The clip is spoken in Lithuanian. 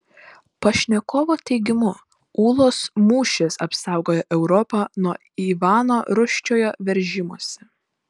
pašnekovo teigimu ūlos mūšis apsaugojo europą nuo ivano rūsčiojo veržimosi